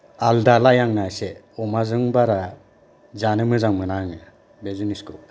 आलादालाय आंना एसे अमाजों बारा जानो मोजां मोना आङो बे जिनिसखौ